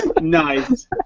Nice